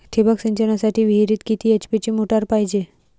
ठिबक सिंचनासाठी विहिरीत किती एच.पी ची मोटार पायजे?